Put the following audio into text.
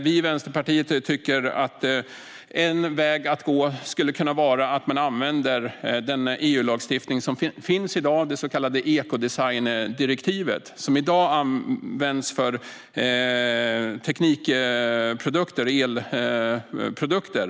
Vi i Vänsterpartiet tycker att en väg att gå skulle vara att man använder den EU-lagstiftning som finns i dag, det så kallade ekodesigndirektivet. Det används i dag för teknikprodukter och elprodukter.